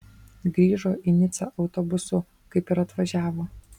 grįžo į nicą autobusu kaip ir atvažiavo